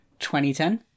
2010